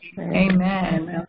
amen